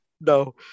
No